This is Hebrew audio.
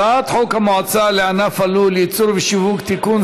הצעת חוק המועצה לענף הלול (ייצור ושיווק) (תיקון,